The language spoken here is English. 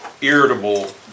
irritable